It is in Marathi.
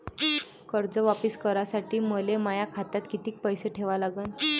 कर्ज वापिस करासाठी मले माया खात्यात कितीक पैसे ठेवा लागन?